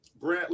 Brantley